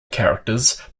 characters